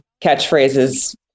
catchphrases